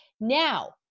Now